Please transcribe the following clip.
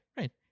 right